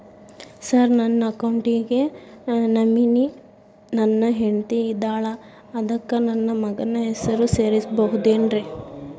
Sir ನನ್ನ account ಗೆ nominee ನನ್ನ ಹೆಂಡ್ತಿ ಇದ್ದಾಳ ಅದಕ್ಕ ನನ್ನ ಮಗನ ಹೆಸರು ಸೇರಸಬಹುದೇನ್ರಿ?